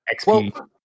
XP